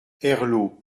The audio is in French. herlaut